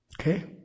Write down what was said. Okay